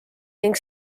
ning